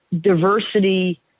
diversity